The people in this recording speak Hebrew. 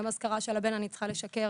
ביום האזכרה של הבן אני צריכה לשקר